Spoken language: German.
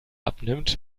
abnimmt